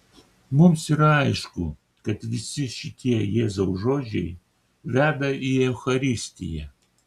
mums yra aišku kad visi šitie jėzaus žodžiai veda į eucharistiją